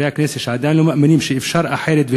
לחברי הכנסת שעדיין לא מאמינים שאפשר אחרת.